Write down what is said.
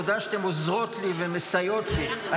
תודה שאתן עוזרות לי ומסייעות לי.